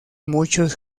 muchos